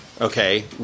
okay